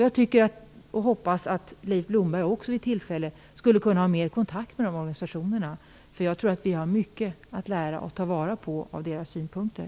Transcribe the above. Jag tycker, och jag hoppas, att Leif Blomberg också vid tillfälle skulle kunna ha mer kontakt med de organisationerna, för jag tror att vi har mycket att lära och ta vara på av deras synpunkter.